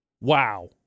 wow